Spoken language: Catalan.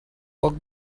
poc